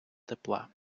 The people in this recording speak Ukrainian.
тепла